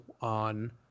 on